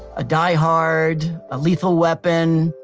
a die hard, a lethal weapon,